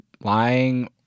lying